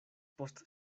post